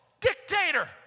dictator